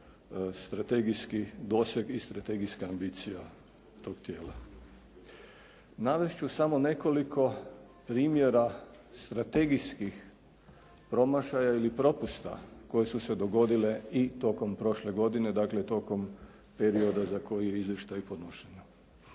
strategijski doseg i strategijska ambicija toga tijela. Navesti ću samo nekoliko primjera strategijskih promašaja ili propusta koje su se dogodile i tokom prošle godine, dakle, tokom perioda za koji je izvještaj podnošen.